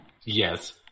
Yes